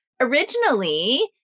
Originally